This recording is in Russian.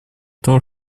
того